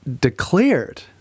declared